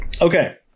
Okay